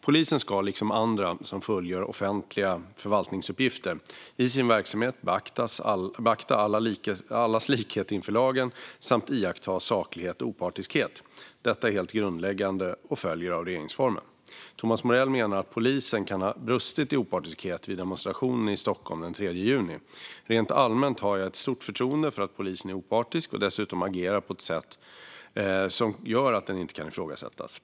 Polisen ska, liksom andra som fullgör offentliga förvaltningsuppgifter, i sin verksamhet beakta allas likhet inför lagen samt iaktta saklighet och opartiskhet. Detta är helt grundläggande och följer av regeringsformen. Thomas Morell menar att polisen kan ha brustit i opartiskhet vid demonstrationen i Stockholm den 3 juni. Rent allmänt har jag ett stort förtroende för att polisen är opartisk och dessutom agerar på ett sätt som gör att den inte kan ifrågasättas.